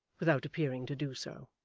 without appearing to do so.